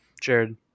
Jared